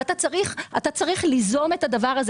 ואתה צריך ליזום את זה.